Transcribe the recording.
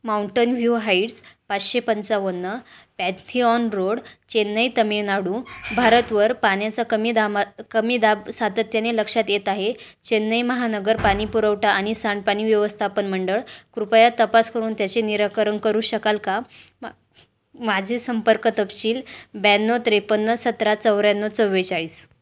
Mountain View Heights पाचशे पंचावन्न Pantheon road Chennai Tamil Nadu भारतवर पाण्याचा कमी दामा कमी दाब सातत्याने लक्षात येत आहे चेन्नई महानगर पाणीपुरवठा आणि सांडपाणी व्यवस्थापन मंडळ कृपया तपास करून त्याचे निराकरण करू शकाल का मा माझे संपर्क तपशील ब्याण्णव त्रेपन्न सतरा चौऱ्याण्णव चव्वेचाळीस